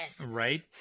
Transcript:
Right